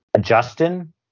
Justin